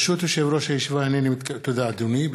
תודה, אדוני.